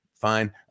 Fine